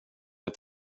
jag